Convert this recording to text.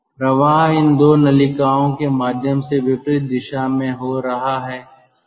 प्रवाह इन 2 नलिकाओं के माध्यम से विपरीत दिशा में हो रहा है